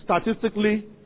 Statistically